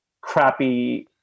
crappy